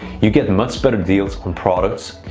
you get much better deals on products.